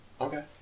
Okay